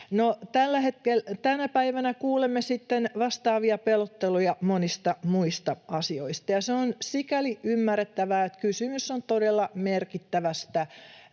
tänä päivänä kuulemme sitten vastaavia pelotteluja monista muista asioista, ja se on sikäli ymmärrettävää, että kysymys on todella merkittävästä